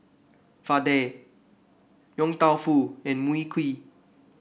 vadai Yong Tau Foo and Mui Kee